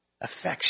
affection